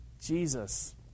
Jesus